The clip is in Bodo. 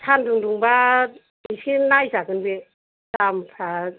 सानदुं दुंबा एसे नायजागोन बे दामफ्रा